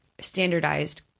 standardized